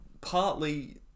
Partly